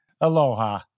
Aloha